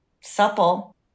supple